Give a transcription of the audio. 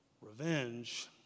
Revenge